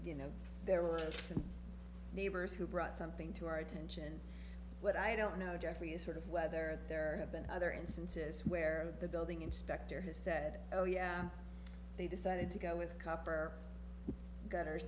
you know there were some neighbors who brought something to our attention but i don't know jeffrey is sort of whether there have been other instances where the building inspector has said oh yeah they decided to go with copper gutters